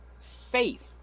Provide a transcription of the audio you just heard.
faith